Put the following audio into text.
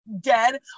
dead